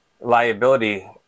liability